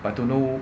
but to no